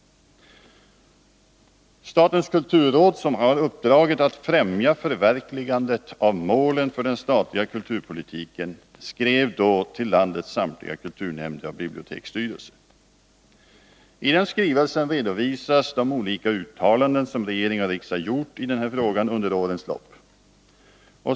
Statens kulturråd, som har uppdraget ”att främja förverkligandet av målen för den statliga kulturpolitiken” , skrev då till landets samtliga kulturnämnder och biblioteksstyrelser. I den skrivelsen redovisas de olika uttalanden som regering och riksdag under årens lopp har gjort i denna fråga.